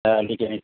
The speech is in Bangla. হ্যাঁ লিখে নিচ্ছি